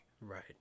right